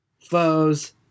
foes